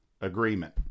agreement